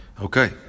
Okay